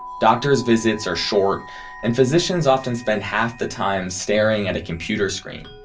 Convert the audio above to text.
doctors' visits are short and physicians often spend half the time staring at a computer screen.